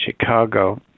Chicago